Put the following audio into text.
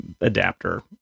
Adapter